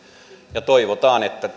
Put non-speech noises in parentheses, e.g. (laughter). ja toivotaan että (unintelligible)